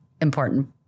important